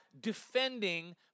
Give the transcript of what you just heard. defending